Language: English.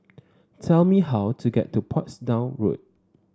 tell me how to get to Portsdown Road